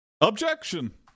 Objection